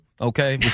okay